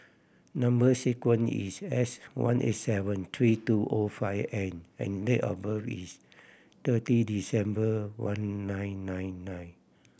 number sequence is S one eight seven three two O five N and date of birth is thirty December one nine nine nine